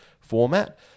format